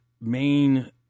main